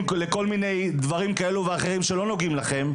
לכל מיני דברים כאלה ואחרים שלא נוגעים לכם.